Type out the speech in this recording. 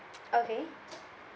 okay